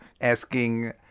asking